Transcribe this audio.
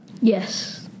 Yes